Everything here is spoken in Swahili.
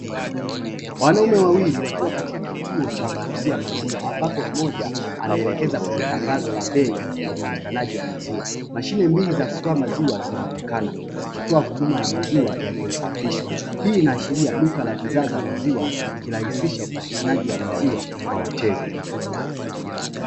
Wanaume wawili wakiwa katika kituo cha kuuzia maziwa, ambapo mmoja anaelekeza kwenye tangazo la bei na upatikanaji wa maziwa, mashine mbili za kutoa maziwa zinaonekana zikitoa huduma ya maziwa yaliyosafishwa hii inaashiria duka la bidhaa za maziwa ikirahisisha upatikanaji wa maziwa kwa wateja.